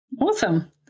Awesome